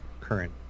current